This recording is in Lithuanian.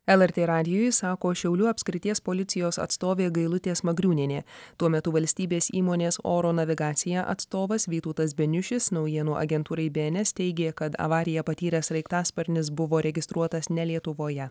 lrt radijui sako šiaulių apskrities policijos atstovė gailutė smagriūnienė tuo metu valstybės įmonės oro navigacija atstovas vytautas beniušis naujienų agentūrai bns teigė kad avariją patyręs sraigtasparnis buvo registruotas ne lietuvoje